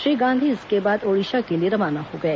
श्री गांधी इसके बाद ओडिशा के लिए रवाना हो गए